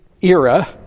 era